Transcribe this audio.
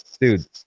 dude